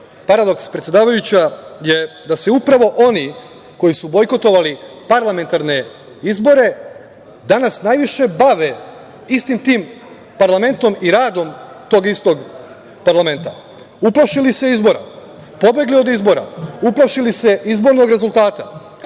paradoks, predsedavajuća, je da se upravo oni koji su bojkotovali parlamentarne izbore danas najviše bave istim tim parlamentom i radom tog istog parlamenta. Uplašili se izbora, pobegli od izbora, uplašili se izbornog rezultata,